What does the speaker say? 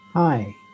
Hi